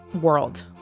world